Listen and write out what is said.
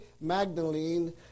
Magdalene